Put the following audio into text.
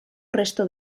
resto